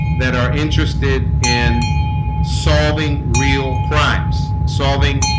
that are interested in solving real crimes solving